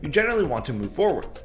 generally want to move forward.